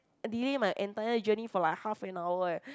delay my entire journey for like half and hour eh